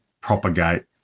propagate